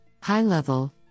high-level